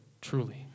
truly